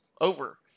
over